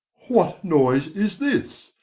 what noyse is this?